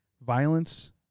violence